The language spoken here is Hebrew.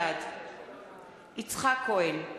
בעד יצחק כהן,